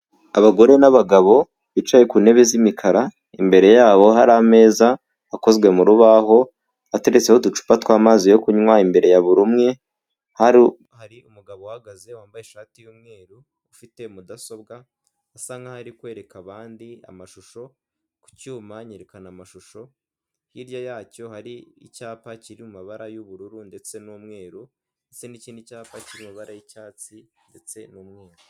Abagore n'abagabo bicaye ku ntebe z'imikara imbere yabo hari ameza akozwe mu rubaho ateretseho uducupa twa'mazi yo kunywa imbere ya buri umwe hari umugabo uhagaze wambaye ishati yu'umweru ufite mudasobwa asa nk'aho ari kwereka abandi amashusho ku cyuma nyerekana amashusho hirya yacyo hari icyapa kiri mu mabara y'ubururu ndetse n'umweru ndetse n'ikindi cyapa cy'imibare y'icyatsi ndetse n'umweru.